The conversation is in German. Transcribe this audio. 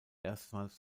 erstmals